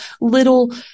little